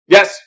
Yes